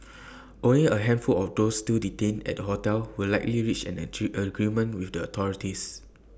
only A handful of those still detained at the hotel will likely reach an achieve agreement with the authorities